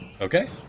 Okay